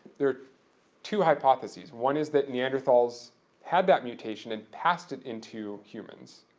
there are two hypotheses. one is that neanderthals had that mutation and passed it into humans,